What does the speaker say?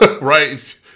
Right